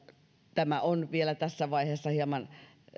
tämä on vielä tässä vaiheessa hieman